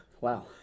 Wow